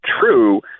true